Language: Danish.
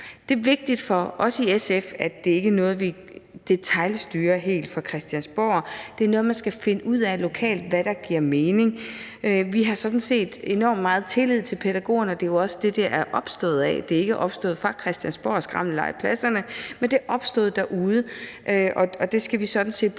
Det er vigtigt for os i SF, at det ikke er noget, vi detailstyrer fra Christiansborg. Man skal finde ud af lokalt, hvad der giver mening. Vi har sådan set enormt meget tillid til pædagogerne, og det er jo også det, det er opstået af. Idéen om skrammelegepladserne er ikke opstået på Christiansborg – den er noget, der er opstået derude, og det skal vi sådan set blive